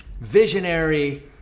visionary